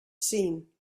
seen